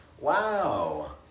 wow